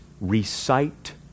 recite